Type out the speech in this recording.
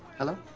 hello?